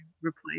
replace